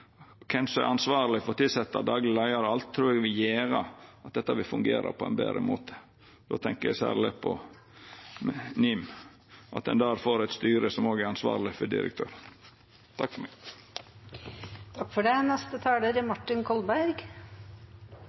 kven som er ansvarleg for å tilsetja dagleg leiar og alt, trur eg vil gjera at dette vil fungera på ein betre måte. Då tenkjer eg særleg på NIM – at ein der får eit styre som òg er ansvarleg for direktøren. Det ville kanskje vært naturlig at Harberg hadde snakket før meg, men det